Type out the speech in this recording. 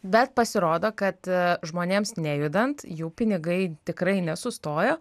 bet pasirodo kad žmonėms nejudant jų pinigai tikrai nesustojo